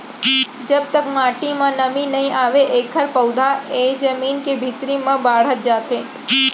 जब तक माटी म नमी नइ आवय एखर पउधा ह जमीन के भीतरी म बाड़हत जाथे